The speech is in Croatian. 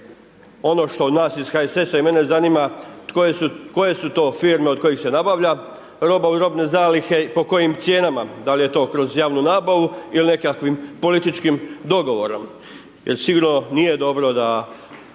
Ono što nas iz HSS-a i mene zanima, koje su to firme od kojih se nabava roba u robnih zaliha i po kojim cijenama, da li je to kroz javnu nabavu ili nekakvim političkim dogovorom. Jer sigurno nije dobro da